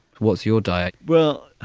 what's your diet? well